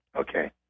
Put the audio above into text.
Okay